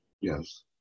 Yes